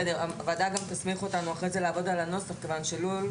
הוועדה גם תסמיך אותנו אחר כך לעבוד על הנוסח כיוון שלול,